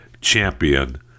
champion